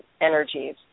energies